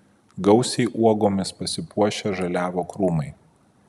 gausiai uogomis pasipuošę žaliavo krūmai